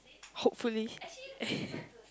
hopefully